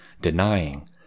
denying